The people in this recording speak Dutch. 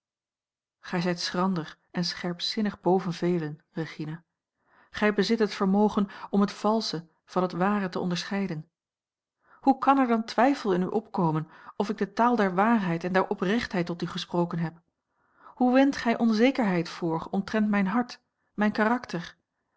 gij zijt schrander en scherpzinnig boven velen regina gij bezit het vermogen om het valsche van het ware te onderscheiden hoe kan er dan twijfel in u opkomen of ik de taal der waarheid en der oprechtheid tot u gesproken heb hoe wendt gij onzekerheid voor omtrent mijn hart mijn karakter